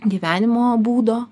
gyvenimo būdo